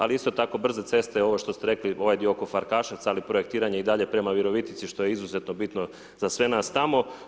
Ali isto tako brze ceste ovo što ste rekli, ovaj dio oko Farkaševca, ali projektiranje je i dalje prema Virovitici što je izuzetno bitno za sve nas tamo.